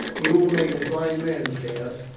he will make a fine man, caius,